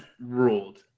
ruled